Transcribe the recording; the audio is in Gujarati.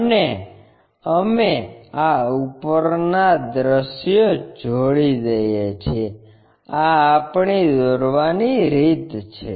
અને અમે આ ઉપરના દૃશ્યો જોડી દઈએ છીએ આ આપણી દોરવાની રીત છે